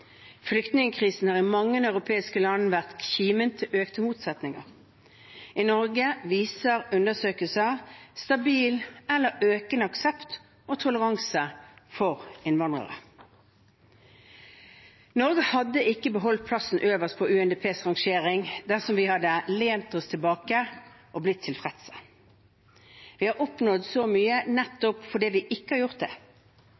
Flyktningkrisen har i mange europeiske land vært kimen til økte motsetninger. I Norge viser undersøkelser stabil eller økende aksept og toleranse for innvandrere. Norge hadde ikke beholdt plassen øverst på UNDPs rangering dersom vi hadde lent oss tilbake og blitt tilfredse. Vi har oppnådd så mye nettopp fordi vi ikke har gjort det.